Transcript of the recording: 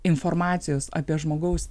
informacijos apie žmogaus